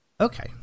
okay